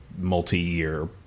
multi-year